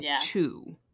two